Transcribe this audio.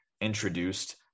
introduced